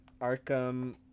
Arkham